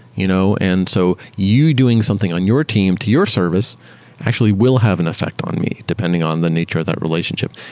you know and so you doing something on your team, to your service actually will have an effect on me, depending on the nature of that relationship.